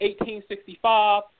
1865